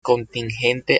contingente